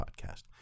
podcast